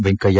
Venkaiah